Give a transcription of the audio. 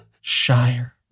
Shire